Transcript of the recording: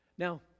Now